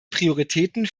prioritäten